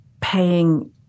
paying